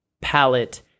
palette